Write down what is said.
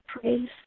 praise